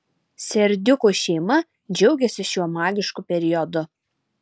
serdiukų šeima džiaugiasi šiuo magišku periodu